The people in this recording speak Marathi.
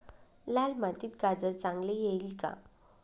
लाल मातीत गाजर चांगले येईल का?